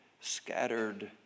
scattered